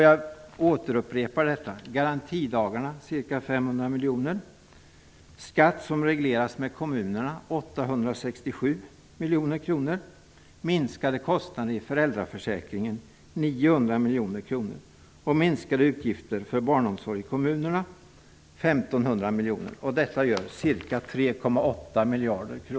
Jag återupprepar: besparingen på garantidagarna, ca 500 miljoner, skatt som regleras med kommunerna, 867 miljoner, minskade kostnader i föräldraförsäkringen, 900 miljoner, och minskade kostnader för utgifter för barnsomsorg i kommunerna, 1 500 miljoner kronor. Detta blir ca